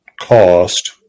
cost